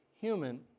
human